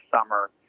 summer